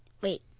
Wait